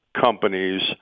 companies